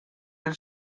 hil